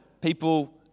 People